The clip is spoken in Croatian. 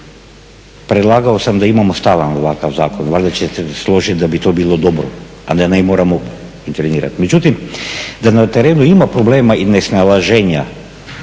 Predlagao sam da imamo stalan ovakav zakon. Valjda ćete se složiti da bi to bilo dobro, a ne da moramo intervenirati. Međutim, da na terenu ima problema i nesnalaženja